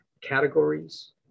categories